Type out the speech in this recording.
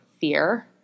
fear